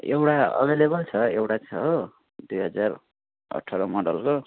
एउटा अभाइलेबल छ एउटा छ हो दुई हजार अठार मोडलको